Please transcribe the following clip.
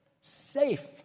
safe